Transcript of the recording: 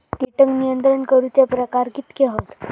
कीटक नियंत्रण करूचे प्रकार कितके हत?